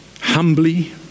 humbly